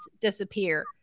disappear